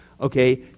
okay